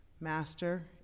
Master